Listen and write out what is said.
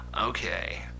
Okay